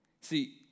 See